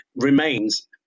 remains